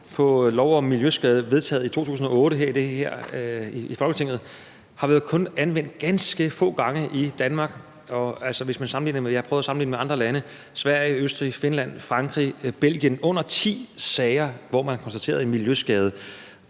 på lov om miljøskade vedtaget i 2008 her i Folketinget. Den har kun været anvendt ganske få gange i Danmark, og jeg har prøvet at sammenligne os med andre lande som Sverige, Østrig, Finland, Frankrig og Belgien. Der er under ti sager, hvor man har konstateret en miljøskade,